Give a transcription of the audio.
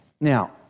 Now